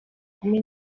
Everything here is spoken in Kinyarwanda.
kumi